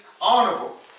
honorable